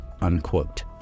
Unquote